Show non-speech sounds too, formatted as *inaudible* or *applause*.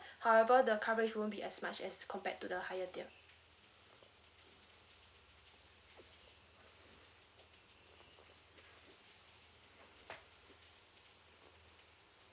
*breath* however the coverage won't be as much as to compared to the higher tier